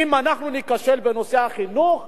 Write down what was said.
אם אנחנו ניכשל בנושא החינוך,